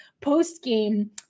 post-game